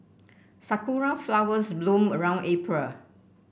sakura flowers bloom around April